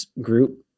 group